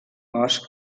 bosc